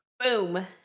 Boom